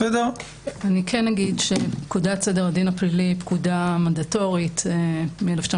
אני כן אגיד שפקודת סדר הדין הפלילי היא פקודה מנדטורית מ-1969.